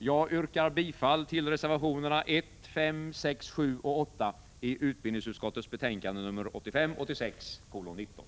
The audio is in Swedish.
Jag yrkar bifall till reservationerna 1, 5, 6, 7 och 9 i utbildningsutskottets betänkande nr 1985/86:19.